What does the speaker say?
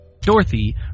Dorothy